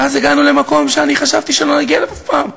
ואז הגענו למקום שאני חשבתי שלא נגיע אליו אף פעם,